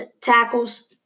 tackles